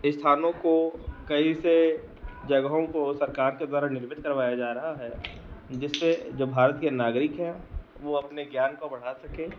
स्थानों को कई से जगहों को सरकार के द्वारा निर्मित करवाया जा रहा है जिससे जो भारत के नागरिक हैं वह अपने ज्ञान को बढ़ा सकें